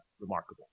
remarkable